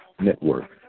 Network